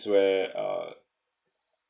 where uh